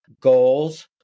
goals